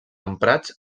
emprats